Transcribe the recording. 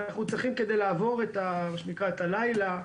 אנחנו צריכים כדי לעבור את מה שנקרא את הלילה,